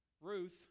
Ruth